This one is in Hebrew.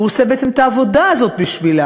והוא עושה בעצם את העבודה הזאת בשבילם.